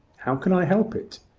how can i help it?